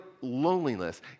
loneliness